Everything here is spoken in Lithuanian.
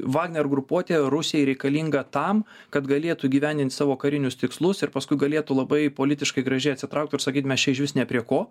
vagner grupuotė rusijai reikalinga tam kad galėtų įgyvendint savo karinius tikslus ir paskui galėtų labai politiškai gražiai atsitraukt ir sakyt mes čia išvis ne prie ko